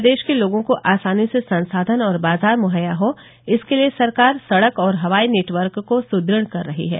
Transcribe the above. प्रदेश के लोगों को आसानी से संसाधन और बाजार मुहैया हो इसके लिये सरकार सड़क और हवाई नेटवर्क को सुद्र कर रही है